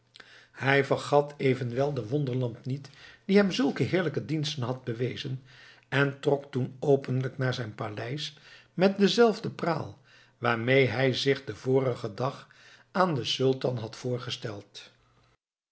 hij vergat evenwel de wonderlamp niet die hem zulke heerlijke diensten had bewezen en trok toen openlijk naar zijn paleis met dezelfde praal waarmee hij zich den vorigen dag aan den sultan had voorgesteld